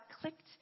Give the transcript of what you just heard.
clicked